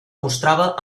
mostrava